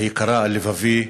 היקרה על לבבי,